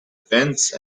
fence